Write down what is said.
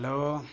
hello